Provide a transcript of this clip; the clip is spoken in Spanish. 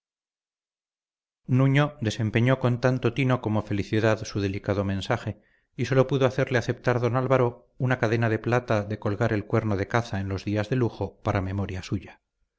nuño desempeñó con tanto tino como felicidad su delicado mensaje y sólo pudo hacerle aceptar don álvaro una cadena de plata de colgar el cuerno de caza en los días de lujo para memoria suya